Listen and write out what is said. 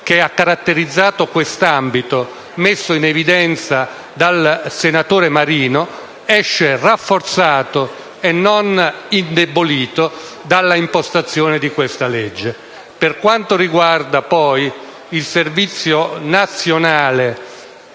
e penalizzato quest'ambito, messa in evidenza dal senatore Marino, esce rafforzata e non indebolita dall'impostazione di questa legge. Per quanto riguarda poi il servizio nazionale